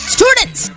Students